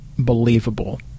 Believable